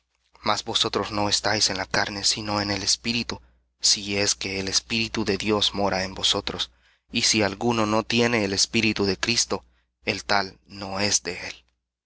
mas vosotros no estáis en la carne sino en el espíritu si es que el espíritu de dios mora en vosotros y si alguno no tiene el espíritu de cristo el tal no es de él